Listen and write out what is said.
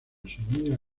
semilla